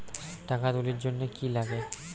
টাকা তুলির জন্যে কি লাগে?